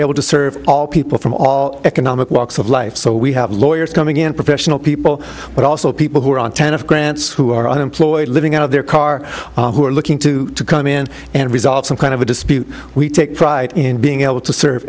able to serve all people from all economic walks of life so we have lawyers coming in professional people but also people who are on ten of grants who are unemployed living out of their car who are looking to come in and resolve some kind of a dispute we take pride in being able to serve